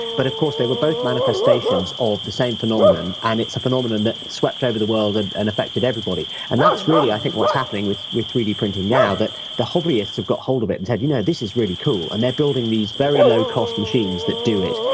but of course they were both manifestations of the same phenomenon, and it's a phenomenon that swept over the world and and affected everybody. and that's really i think what's happening with with three d printing now, that the hobbyists have got hold of it and said, you know, this is really cool', and they're building these very low-cost machines that do it,